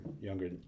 younger